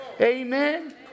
Amen